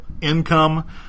income